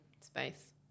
space